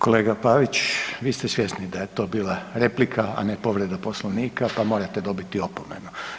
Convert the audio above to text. Kolega Pavić, vi ste svjesni da je to bila replika a ne povreda Poslovnika pa morate dobiti opomenu.